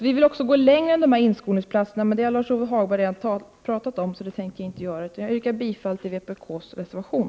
Vi vill också gå längre än man gör i förslaget om inskolningsplatserna, men det har Lars-Ove Hagberg redan pratat om, så jag tänker inte beröra det. Jag yrkar bifall till vpk:s reservation.